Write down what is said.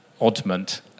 oddment